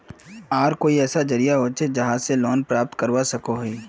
आर कोई ऐसा जरिया होचे जहा से लोन प्राप्त करवा सकोहो ही?